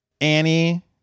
Annie